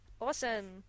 Awesome